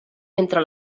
entre